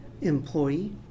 employee